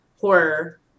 horror